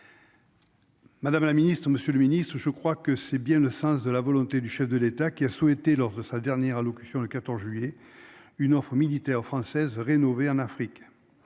Madame la Ministre, Monsieur le Ministre, je crois que c'est bien le sens de la volonté du chef de l'État qui a souhaité lors de sa dernière allô. Christian le 14 juillet une offre militaire française rénové en Afrique.